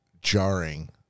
jarring